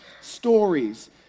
Stories